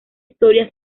historia